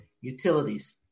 utilities